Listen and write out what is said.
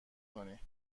کنی